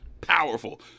Powerful